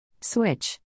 Switch